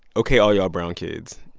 ok, all y'all brown kids,